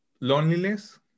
loneliness